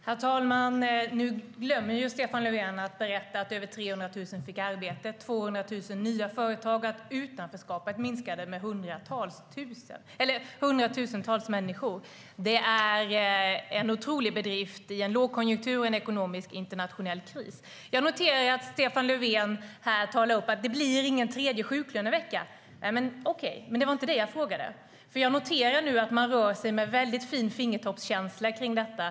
Herr talman! Nu glömde Stefan Löfven att berätta att över 300 000 fick arbete, att det blev 200 000 nya företag och att utanförskapet minskade med hundratusentals människor. Det är en otrolig bedrift i en lågkonjunktur och i en internationell ekonomisk kris. Jag noterar att Stefan Löfven här tar upp att det inte blir någon tredje sjuklönevecka. Men det var inte det som jag frågade om. Jag noterar nu att man rör sig med mycket fin fingertoppskänsla kring detta.